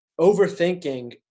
overthinking